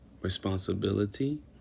responsibility